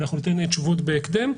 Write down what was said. ניתן תשובות בהקדם.